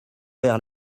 vers